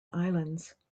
islands